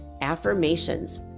affirmations